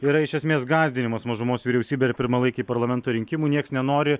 yra iš esmės gąsdinimas mažumos vyriausybe ir pirmalaikiai parlamento rinkimų nieks nenori